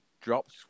Drops